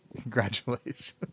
Congratulations